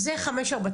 זה 549?